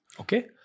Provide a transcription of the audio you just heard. Okay